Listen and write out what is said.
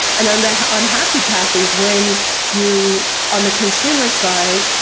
and and unhappy path is when you on the consumer side,